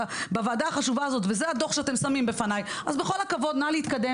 בוועדה החשובה הזאת וזה הדוח שאתם שמים בפניי אז בכל הכבוד נא להתקדם